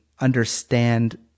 understand